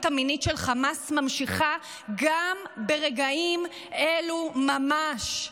המינית של חמאס ממשיכה גם ברגעים אלו ממש,